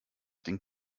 ding